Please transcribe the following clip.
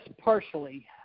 partially